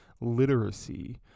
literacy